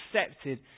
accepted